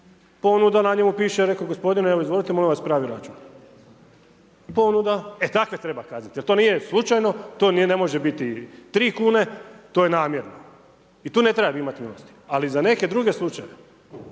ponuda na njemu piše reko, gospodine evo izvolite, molim vas pravi račun. Ponuda. E takve treba kazniti. Jer to nije slučajno, to ne može biti 3 kn, to je namjerno. I tu ne treba imati milosti. Ali, za neke druge slučajeve,